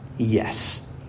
yes